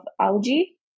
algae